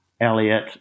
Elliot